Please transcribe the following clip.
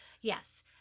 yes